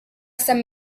sant